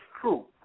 true